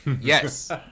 Yes